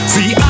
See